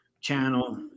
channel